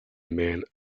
men